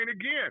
again